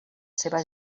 seva